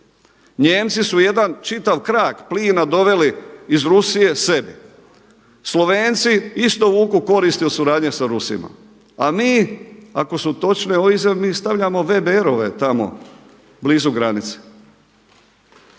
Nijemci su jedan čitav krak plina doveli iz Rusije sebi. Slovenci isto vuku koristi od suradnje sa Rusima, a mi ako su točne ove izjave, mi stavljamo …/Govornik se ne